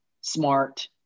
smart